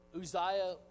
Uzziah